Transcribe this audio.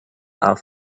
are